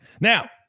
Now